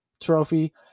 trophy